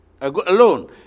alone